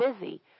busy